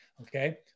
okay